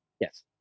Yes